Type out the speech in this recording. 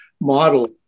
model